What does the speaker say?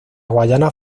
guayana